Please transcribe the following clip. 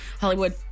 Hollywood